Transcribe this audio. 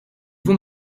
vous